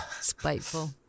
Spiteful